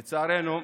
לצערנו,